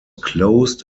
closed